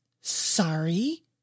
sorry